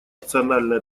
национальной